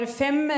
fem